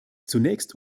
zunächst